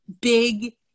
big